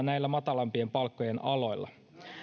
näillä matalampien palkkojen aloilla